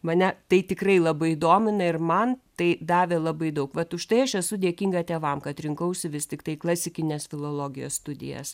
mane tai tikrai labai domina ir man tai davė labai daug vat užtai aš esu dėkinga tėvam kad rinkausi vis tiktai klasikinės filologijos studijas